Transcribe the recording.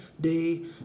day